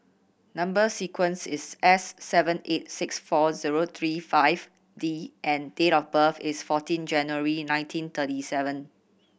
number sequence is S seven eight six four zero three five D and date of birth is fourteen January nineteen thirty seven